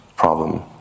problem